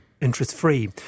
interest-free